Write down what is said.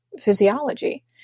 physiology